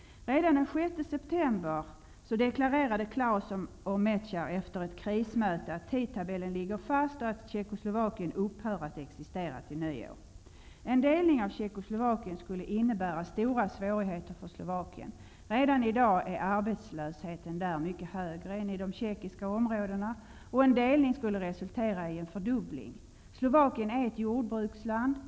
Redan den 6 september deklarerade Klaus och Mecair efter ett krismöte att tidtabellen ligger fast och att Tjeckoslovakien upphör att existera till nyår. En delning av Tjeckoslovakien skulle innebära stora svårigheter för Slovakien. Redan i dag är arbetslösheten där mycket högre än i de tjeckiska områdena, och en delning skulle resultera i en fördubbling. Slovakien är ett jordbruksland.